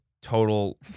total